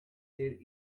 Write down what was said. there